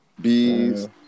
Bees